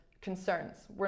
concerns